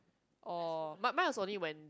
oh but mine was only when